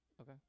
Okay